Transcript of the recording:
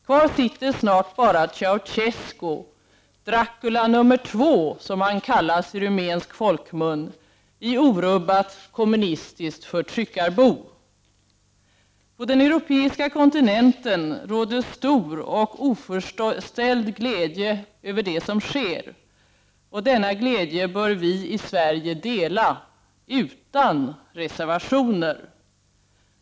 Kvar sitter snart bara Ceausescu, Dracula nr II, som han kallas i rumänsk folkmun, i orubbat kommunistiskt förtryckarbo. På den europeiska kontinenten råder stor och oförställd glädje över det som sker. Denna glädje bör vi i Sverige dela — utan reservationer.